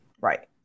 Right